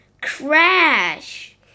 Crash